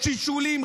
שלשולים?